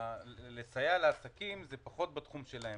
שלסייע לעסקים זה פחות בתחום שלהם.